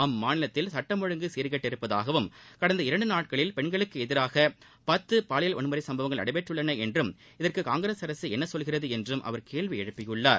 அம்மாநிலத்தில் சுட்டம் ஒழுங்கு சீர் கெட்டிருப்பதாகவும் கடந்த இரண்டு நாட்களில் பெண்களுக்கு எதிராக பத்து பாலியல் வன்முறை சம்பவங்கள் நடைபெற்றுள்ளன என்றும் இதற்கு காங்கிரஸ் அரசு என்ன சொல்கிறது என்றும் அவர் கேள்வி எழுப்பியுள்ளார்